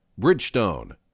Bridgestone